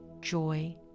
joy